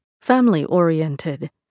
family-oriented